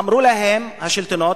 אמרו להם השלטונות,